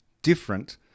different